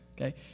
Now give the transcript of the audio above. Okay